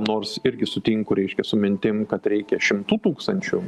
nors irgi sutinku reiškia su mintim kad reikia šimtų tūkstančių